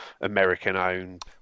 american-owned